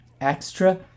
extra